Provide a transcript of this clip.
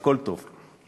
הכול טוב.